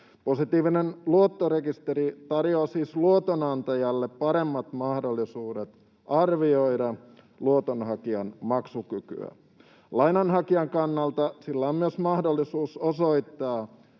Positiivinen luottorekisteri tarjoaa siis luotonantajalle paremmat mahdollisuudet arvioida luotonhakijan maksukykyä. Lainanhakijan kannalta sillä on myös mahdollisuus osoittaa